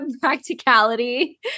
practicality